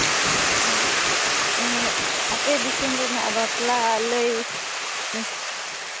ᱚ ᱚ ᱟᱯᱮ ᱫᱤᱥᱚᱢ ᱨᱮᱱᱟᱜ ᱵᱟᱯᱞᱟ ᱞᱟᱹᱭ ᱢᱮ